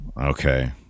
Okay